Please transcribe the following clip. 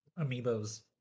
Amiibo's